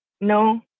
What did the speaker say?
No